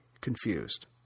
confused